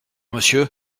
monsieur